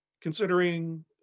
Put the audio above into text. Considering